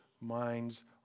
minds